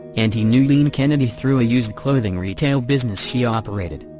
and he knew yleen kennedy through a used-clothing retail business she operated.